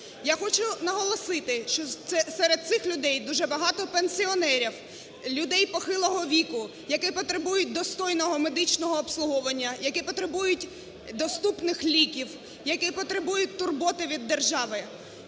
Я хочу наголосити, що серед цих людей дуже багато пенсіонерів, людей похилого віку, які потребують достойного медичного обслуговування, які потребують доступних ліків, які потребують турботи від держави.